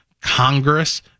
Congress